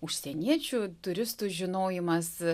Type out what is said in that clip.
užsieniečių turistų žinojimas